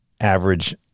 average